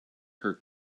her